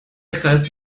kreis